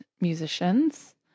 musicians